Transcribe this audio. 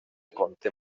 conté